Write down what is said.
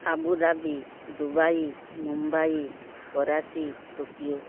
Abu Dhabi Dubai Mumbai Karachi Tokyo